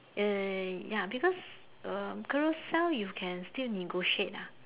err ya because uh girls now you can still negotiate ah